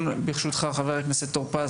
ברשותך חבר הכנסת טור פז,